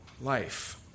life